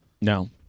No